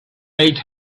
made